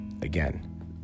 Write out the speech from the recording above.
again